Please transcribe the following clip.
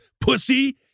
pussy